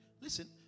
Listen